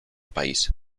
país